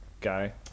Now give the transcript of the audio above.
guy